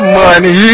money